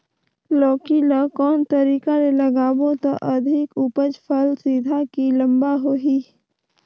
लौकी ल कौन तरीका ले लगाबो त अधिक उपज फल सीधा की लम्बा होही?